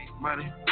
money